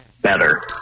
better